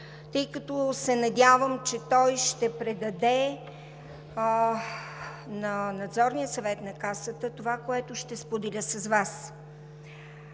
тъй като се надявам, че той ще предаде на Надзорния съвет на Касата това, което ще споделя с Вас.